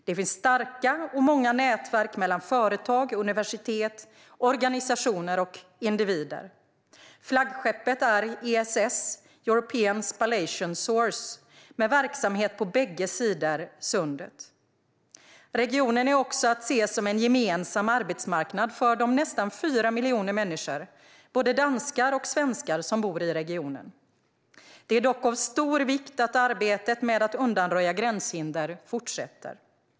Det finns starka och många nätverk mellan företag, universitet, organisationer och individer. Flaggskeppet är ESS, European Spallation Source, med verksamhet på bägge sidor Sundet. Regionen är också att se som en gemensam arbetsmarknad för de nästan 4 miljoner människor, både danskar och svenskar, som bor i regionen. Det är dock av stor vikt att arbetet med att undanröja gränshinder fortsätter.